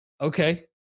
Okay